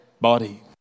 body